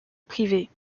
privé